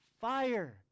fire